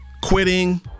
quitting